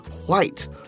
White